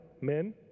men